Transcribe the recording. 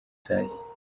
utashye